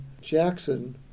Jackson